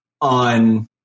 on